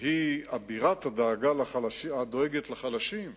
והיא אבירת הדואגים לחלשים,